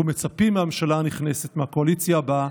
אנחנו מצפים מהממשלה הנכנסת, מהקואליציה הבאה,